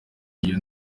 iyo